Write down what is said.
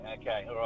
Okay